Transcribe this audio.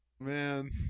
Man